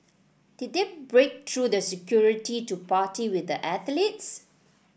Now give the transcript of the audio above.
did they break through the security to party with the athletes